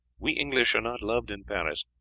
we english are not loved in paris,